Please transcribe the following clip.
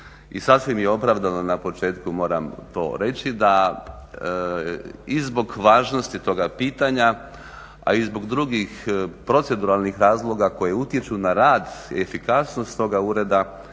i sasvim je opravdano na početku moram to reći, da i zbog važnosti toga pitanja, a i zbog drugih proceduralnih razloga koji utječu na rad i efikasnost toga ureda